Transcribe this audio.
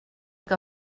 que